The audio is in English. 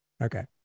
Okay